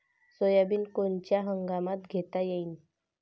Soybean कोनच्या हंगामात घेता येईन?